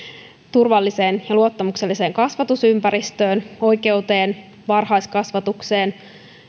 turvalliseen ja luottamukselliseen kasvatusympäristöön oikeus varhaiskasvatukseen